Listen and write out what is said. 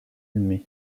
mai